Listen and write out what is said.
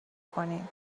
کنیم